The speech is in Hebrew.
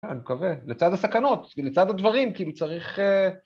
אני מקווה, לצד הסכנות, לצד הדברים, כי אם צריך